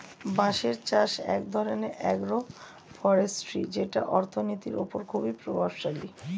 বাঁশের চাষ এক ধরনের আগ্রো ফরেষ্ট্রী যেটা অর্থনীতির ওপর খুবই প্রভাবশালী